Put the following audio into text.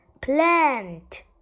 plant